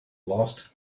last